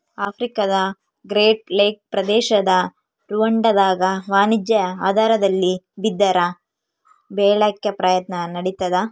ಆಫ್ರಿಕಾದಗ್ರೇಟ್ ಲೇಕ್ ಪ್ರದೇಶದ ರುವಾಂಡಾದಾಗ ವಾಣಿಜ್ಯ ಆಧಾರದಲ್ಲಿ ಬಿದಿರ ಬೆಳ್ಯಾಕ ಪ್ರಯತ್ನ ನಡಿತಾದ